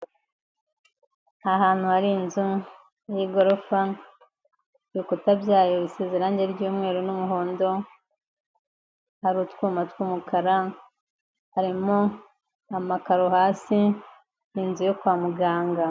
Ni ahantu hari inzu y'igorofa, ibikuta byayo bisize irange ry'umweru n'umuhondo, hari utwuma tw'umukara, harimo amakaro hasi, ni inzu yo kwa muganga.